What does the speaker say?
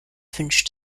wünscht